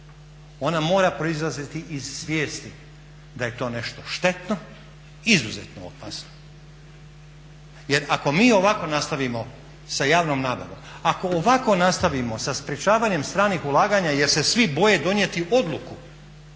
ona mora proizlaziti iz svijesti da je to nešto štetno, izuzetno opasno. Jer ako mi ovako nastavimo sa javnom nabavom, ako ovako nastavimo sa sprječavanjem stranih ulaganja jer se svi boje donijeti odluku